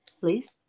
please